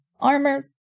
armor